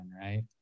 right